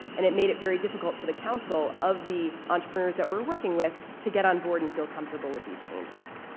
and it made it very difficult for the counsel of the entrepreneurs that we were working with to get on board and feel comfortable with these changes.